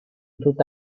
ruta